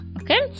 okay